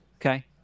okay